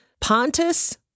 Pontus